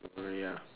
ya